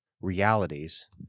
realities